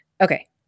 Okay